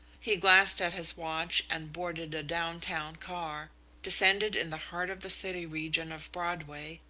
he glanced at his watch and boarded a down-town car, descended in the heart of the city region of broadway,